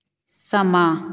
ਸਮਾਂ